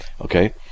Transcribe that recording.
Okay